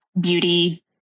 beauty